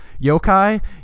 yokai